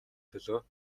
төлөө